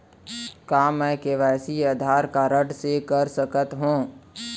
का मैं KYC Aadhaar card से कर सकत हो?